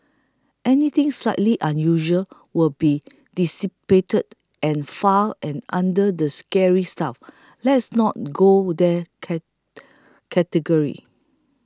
anything slightly unusual will be deciphered and filed and under the scary stuff let's not go there category